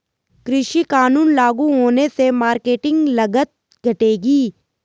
कृषि कानून लागू होने से मार्केटिंग लागत घटेगी